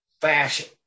fashion